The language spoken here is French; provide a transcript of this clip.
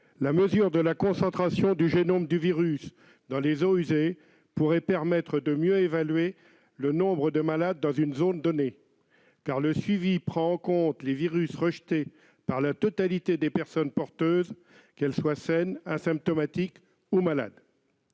la mesure de la concentration du génome du virus dans les eaux usées pourrait permettre de mieux évaluer le nombre de malades dans une zone donnée, car le suivi prend en compte les virus rejetés par la totalité des personnes porteuses, qu'elles soient saines, asymptomatiques ou malades.